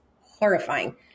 horrifying